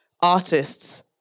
artists